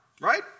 right